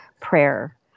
prayer